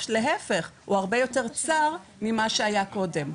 להיפך, החוף הוא הרבה יותר צר ממה שהיה קודם.